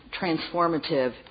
transformative